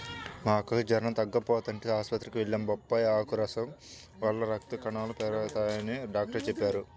మా అక్కకి జెరం తగ్గకపోతంటే ఆస్పత్రికి వెళ్లాం, బొప్పాయ్ ఆకుల రసం వల్ల రక్త కణాలు పెరగతయ్యని డాక్టరు చెప్పారు